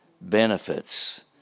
benefits